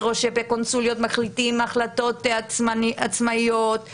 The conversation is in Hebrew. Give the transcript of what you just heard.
או שבקונסוליות מחליטים החלטות עצמאיות.